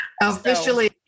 officially